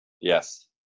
Yes